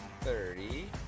thirty